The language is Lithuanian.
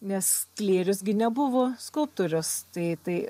nes sklėrius gi nebuvo skulptorius tai tai